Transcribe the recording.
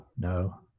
no